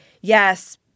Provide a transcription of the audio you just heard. yes